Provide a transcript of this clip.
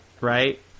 right